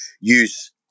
use